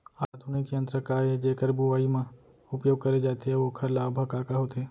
आधुनिक यंत्र का ए जेकर बुवाई म उपयोग करे जाथे अऊ ओखर लाभ ह का का होथे?